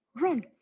run